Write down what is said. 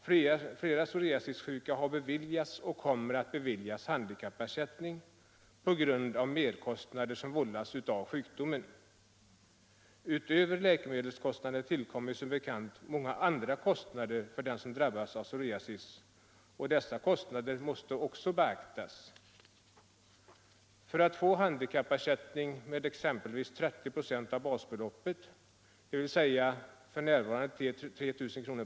Flera psoriasissjuka har beviljats och kommer att beviljas handikappersättning på grund av merkostnader som vållats av sjukdomen. Utöver läkemedelskostnaderna tillkommer som bekant många andra kostnader för den som drabbats av psoriasis, och dessa kostnader måste också beaktas. För att få handikappersättning med 30 96 av basbeloppet, dvs. f.n. 3 000 kr.